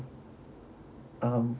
um